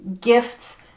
gifts